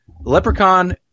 Leprechaun